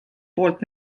poolt